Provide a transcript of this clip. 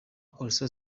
also